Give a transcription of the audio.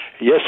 Yes